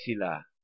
sila